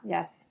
Yes